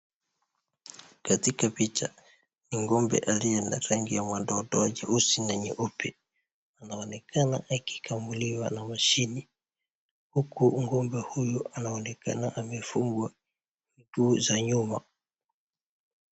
Katika picha ng'ombe aliye na rangi ya madoadoa meusi na meupe, anaonekana akikamuliwa na mashini huku ng'ombe huyu anaonekana amefungwa miguu za nyuma.